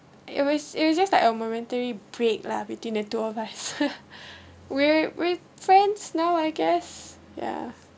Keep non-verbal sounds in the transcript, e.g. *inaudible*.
it was it was just like a momentary break lah between the two of us *laughs* we're we're friends now I guess ya